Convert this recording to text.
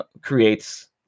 creates